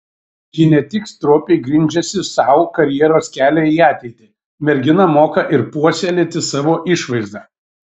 ji ne tik stropiai grindžiasi sau karjeros kelią į ateitį mergina moka ir puoselėti savo išvaizdą